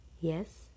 Yes